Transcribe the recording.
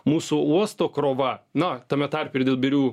mūsų uosto krova na tame tarpe ir dėl birių